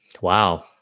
wow